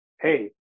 Hey